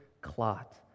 clot